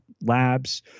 labs